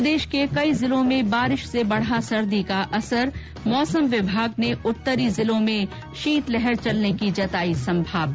प्रदेश के कई जिलों में बारिश से बढ़ा सर्दी का असर मौसम विभाग ने उत्तरी जिलों में शीतलहर चलने की जताई संभावना